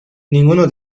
ninguno